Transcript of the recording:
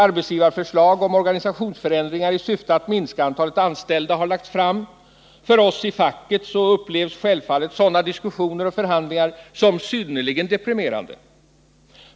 Arbetsgivarförslag till organisationsförändringar i syfte att minska antalet anställda har lagts fram. Vi i facket upplever självfallet sådana diskussioner och förhandlingar som synnerligen deprimerande.